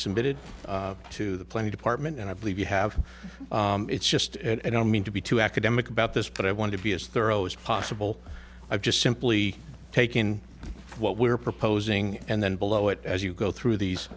submitted to the play department and i believe you have it's just and i don't mean to be too academic about this but i want to be as thorough as possible i've just simply taken what we're proposing and then below it as you go through these